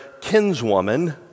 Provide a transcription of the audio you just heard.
kinswoman